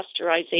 pasteurization